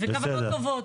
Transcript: וכוונות טובות.